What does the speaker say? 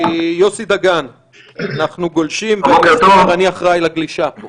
אנחנו גולשים, ואני אחראי לגלישה פה